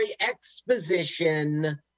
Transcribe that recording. exposition